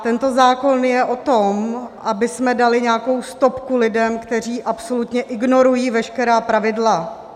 Tento zákon je o tom, abychom dali nějakou stopku lidem, kteří absolutně ignorují veškerá pravidla.